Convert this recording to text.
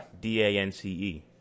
D-A-N-C-E